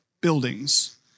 buildings